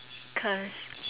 because